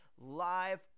live